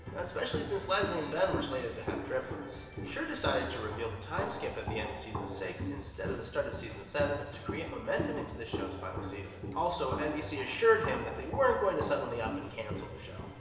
especially since leslie and ben were slated to have triplets. schur decided to reveal the time skip at the end of season six instead of the start of season seven to create momentum into the show's final season. also, nbc assured him that they weren't going to suddenly up and cancel the show.